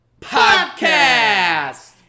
podcast